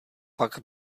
pak